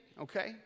okay